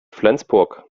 flensburg